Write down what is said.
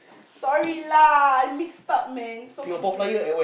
sorry lah I mixed up man so confusing